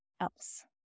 else